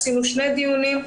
ערכנו שני דיונים,